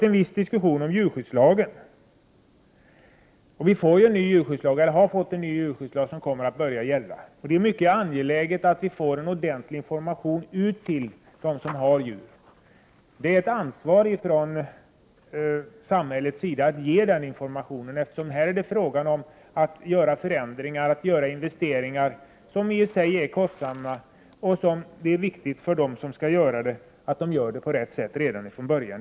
En viss diskussion om djurskyddslagen har förekommit. Vi har fått en ny djurskyddslag, som snart börjar gälla. Det är mycket angeläget att ordentlig information går ut till dem som har djur. Samhället har ett ansvar för att ge den informationen, eftersom det här är fråga om att göra investeringar som i sig är kostsamma. Det är viktigt för dem som skall göra investeringarna att de gör på rätt sätt redan från början.